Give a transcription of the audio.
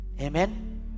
Amen